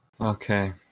Okay